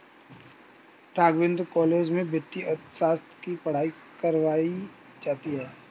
Raghavendra college में वित्तीय अर्थशास्त्र की पढ़ाई करवायी जाती है